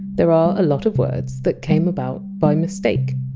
there are a lot of words that came about by mistake.